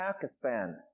Pakistan